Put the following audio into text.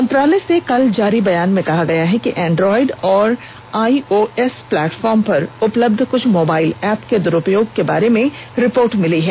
मंत्रालय से कल जारी बयान में कहा गया है कि एंड्रॉयड और आईओएस प्लेटफॉर्म पर उपलब्ध कृछ मोबाइल ऐप के द्रुपयोग के बारे में रिपोर्ट मिली है